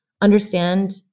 understand